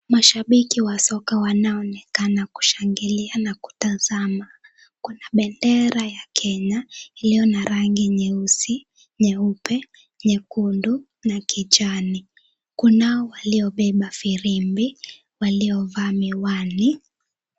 Mashabiki wa soka wanaonekana kushangilia na kutazama. Kuna bendera ya kenya iliyo na rangi nyeusi, nyeupe nyekundu na kijani. kunao waliobeba firimbi waliovaa miwani.